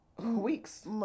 weeks